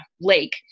lake